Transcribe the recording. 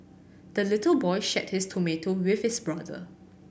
the little boy shared his tomato with his brother